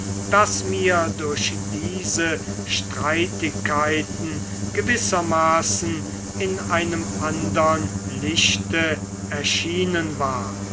das mir durch diese streitigkeiten gewissermaßen in einem andern lichte erschienen war